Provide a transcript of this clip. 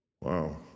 Wow